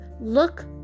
look